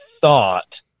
thought